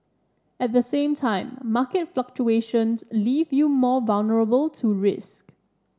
at the same time market fluctuations leave you more vulnerable to risk